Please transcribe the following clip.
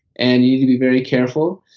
and you need to be very careful,